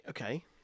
okay